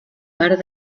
part